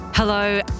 Hello